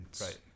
Right